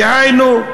דהיינו,